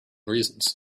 reasons